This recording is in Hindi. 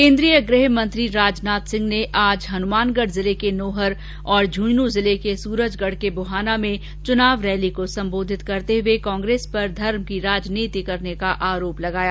केन्द्रीय गृहमंत्री राजनाथ सिंह ने आज हनुमानगढ जिले के नोहर और झुंझुनू जिले के सूरजगढ के बुहाना में चुनावी रैली को सम्बोधित करते हुए कांग्रेस पर धर्म की राजनीति का आरोप लगाया